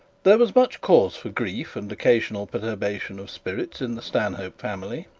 there was much cause for grief and occasional perturbation of spirits in the stanhope family,